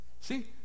See